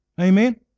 Amen